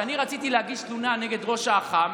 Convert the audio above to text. כשאני רציתי להגיש תלונה נגד ראש אח"ם